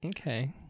Okay